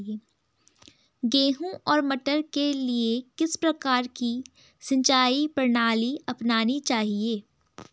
गेहूँ और मटर के लिए किस प्रकार की सिंचाई प्रणाली अपनानी चाहिये?